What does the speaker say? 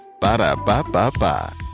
Ba-da-ba-ba-ba